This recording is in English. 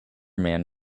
man